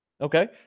Okay